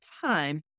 time